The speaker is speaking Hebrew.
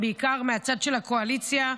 בעיקר מהצד של הקואליציה.